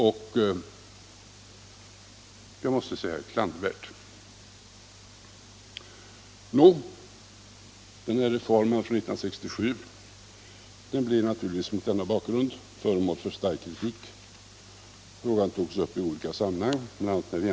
Ett sådant krav är klandervärt. Den här reformen år 1967 blev naturligtvis mot denna bakgrund föremål för stark kritik. Frågan togs upp i olika sammanhang.